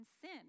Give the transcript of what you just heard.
sin